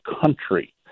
country